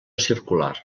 circular